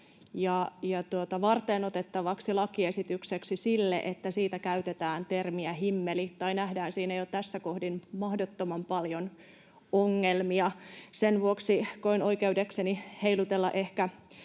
ja varteenotettavaksi lakiesitykseksi sille, että siitä käytetään termiä ”himmeli” tai nähdään siinä jo tässä kohdin mahdottoman paljon ongelmia. Sen vuoksi koen ehkä sitten oikeudekseni heilutella